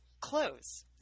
close